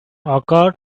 occur